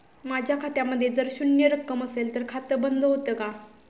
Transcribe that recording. माझ्या खात्यामध्ये जर शून्य रक्कम असेल तर खाते बंद होते का?